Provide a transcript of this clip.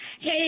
Hey